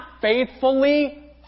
faithfully